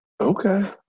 Okay